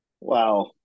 Wow